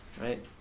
right